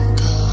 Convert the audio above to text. go